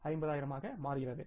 5 லட்சமாக மாறுகிறது